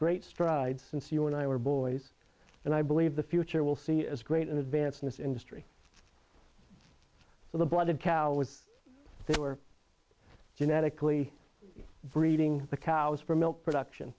great strides since you and i were boys and i believe the future will see as great an advance in this industry for the blood of cows they were genetically breeding the cows for milk production